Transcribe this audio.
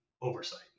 oversight